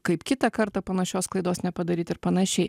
kaip kitą kartą panašios klaidos nepadaryt ir panašiai